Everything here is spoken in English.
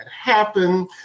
happen